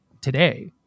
today